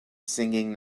singing